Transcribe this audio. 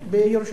בירושלים.